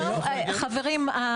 לא, חברים.